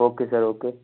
okay sir okay